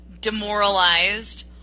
demoralized